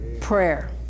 Prayer